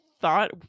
thought